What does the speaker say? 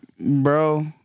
Bro